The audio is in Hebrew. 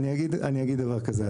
אני אגיד דבר כזה,